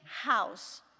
house